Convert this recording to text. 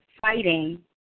fighting